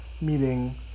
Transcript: meeting